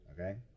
okay